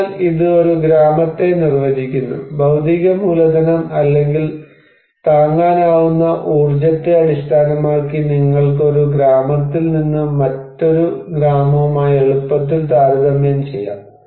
അതിനാൽ ഇത് ഒരു ഗ്രാമത്തെ നിർവചിക്കുന്നു ഭൌതിക മൂലധനം അല്ലെങ്കിൽ താങ്ങാനാവുന്ന ഊർജ്ജത്തെ അടിസ്ഥാനമാക്കി നിങ്ങൾക്ക് ഒരു ഗ്രാമത്തിൽ നിന്ന് മറ്റൊരു ഗ്രാമവുമായി എളുപ്പത്തിൽ താരതമ്യം ചെയ്യാം